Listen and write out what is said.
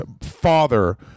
father